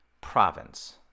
province